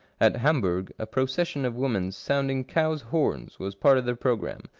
at hamburg a procession of women sound ing cows' horns was part of the programme,